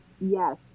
yes